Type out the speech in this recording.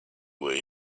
where